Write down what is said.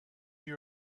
you